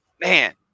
man